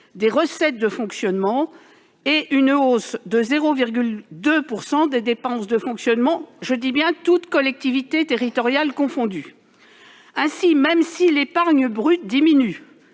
des recettes de fonctionnement et une hausse de 0,2 % des dépenses de fonctionnement, toutes collectivités territoriales confondues. Ainsi, même si l'épargne brute diminue